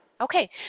Okay